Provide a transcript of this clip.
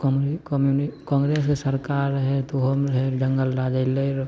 कोन कम नहि कॉन्ग्रेसके सरकार रहै तऽ ओहोमे रहै जङ्गल राज अएलै रऽ